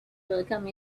welcome